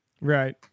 Right